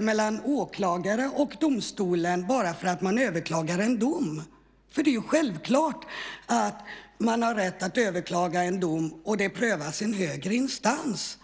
mellan åklagare och domstolen bara för att en dom överklagas. Det är ju självklart att man har rätt att överklaga en dom och att den prövas i en högre instans.